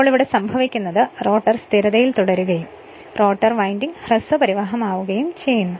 ഇപ്പോൾ ഇവിടെ സംഭവിക്കുന്നത് റോട്ടർ സ്ഥിരതയിൽ തുടരുകയും റോട്ടർ വിൻഡിങ് ഹ്രസ്വ പരിവാഹം ആ വുകയും ചെയ്യും